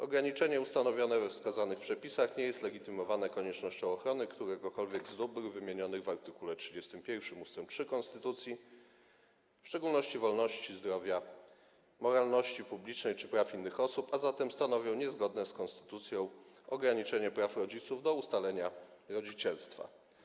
Ograniczenie ustanowione we wskazanych przepisach nie jest legitymowane koniecznością ochrony któregokolwiek z dóbr wymienianych w art. 31 ust. 3 konstytucji, w szczególności wolności, zdrowia, moralności publicznej czy praw innych osób, a zatem stanowi niezgodne z konstytucją ograniczenie praw rodziców do ustalenia rodzicielstwa.